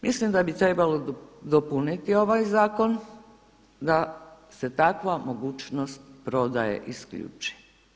Mislim da bi trebalo dopuniti ovaj zakon da se takva mogućnost prodaje isključi.